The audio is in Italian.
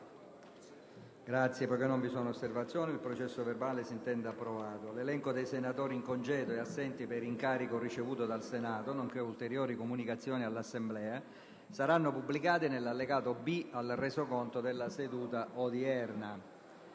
link apre una nuova finestra"). L'elenco dei senatori in congedo e assenti per incarico ricevuto dal Senato, nonché ulteriori comunicazioni all'Assemblea saranno pubblicati nell'allegato B al Resoconto della seduta odierna.